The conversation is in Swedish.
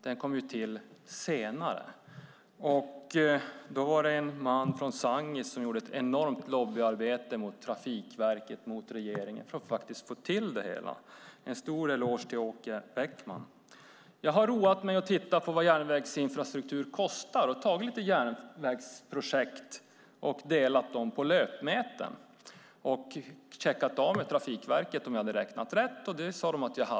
Den kom till senare, och då var det en man från Sangis som gjorde ett enormt lobbyarbete mot Trafikverket och regeringen för att faktiskt få till det hela. Jag vill ge en stor eloge till Åke Bäckman! Jag har roat mig med att titta på vad järnvägsinfrastruktur kostar och därför tagit några järnvägsprojekt och delat dem på löpmetern. Jag checkade av med Trafikverket att jag hade räknat rätt. Det sade de att jag hade.